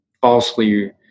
falsely